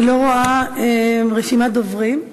אני לא רואה רשימת דוברים.